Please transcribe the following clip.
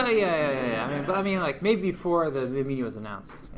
i but mean like maybe before the meeting was announced,